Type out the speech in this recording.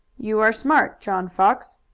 you are smart, john fox,